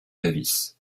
davis